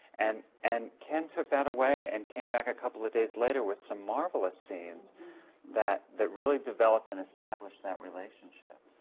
and and ken took that away and came back a couple of days later with some marvelous scenes that that really developed and established that relationship.